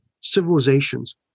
civilizations